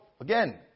again